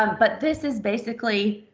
um but this is basically,